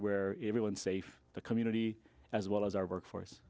where everyone safe the community as well as our workforce